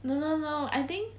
no no no I think